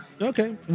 Okay